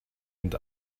und